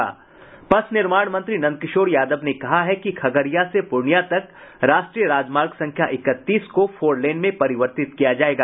पथ निर्माण मंत्री नंदकिशोर यादव ने कहा है कि खगड़िया से पूर्णियां तक राष्ट्रीय राजमार्ग संख्या इकतीस को फोर लेन में परिवर्तित किया जायेगा